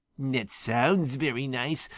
that sounds very nice,